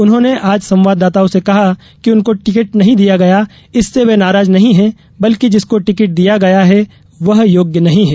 उन्होंने आज संवाददाताओं से कहा कि उनको टिकिट नहीं दिया गया इससे वे नाराज नही है बल्कि जिसको टिकिट दिया गया है वह योग्य नही है